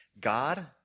God